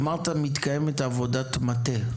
אמרת מתקיימת עבודת מטה?